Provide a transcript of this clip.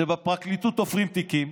שבפרקליטות תופרים תיקים,